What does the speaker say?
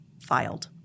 filed